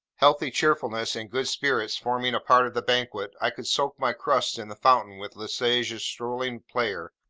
healthy cheerfulness and good spirits forming a part of the banquet, i could soak my crusts in the fountain with le sage's strolling player,